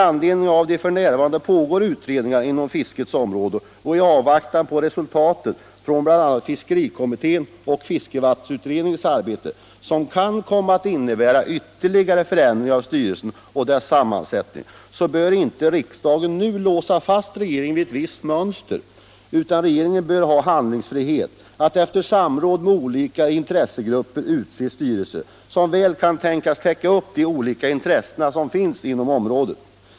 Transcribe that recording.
Utredningar pågår f. n. på fiskets område, och i avvaktan på resultatet från bl.a. fiskerikommittén och fiskevattensutredningen, som kan komma att innebära ytterligare förändringar av styrelsen och dess sammansättning, bör inte riksdagen nu låsa fast regeringen vid ett visst mönster. Regeringen bör ges handlingsfrihet att efter samråd med olika intressegrupper utse en styrelse som kan tänkas väl täcka upp de olika intressen som finns på området.